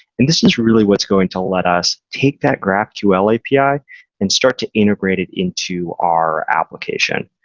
and this is really what's going to let us take that graphql api and start to integrate it into our application.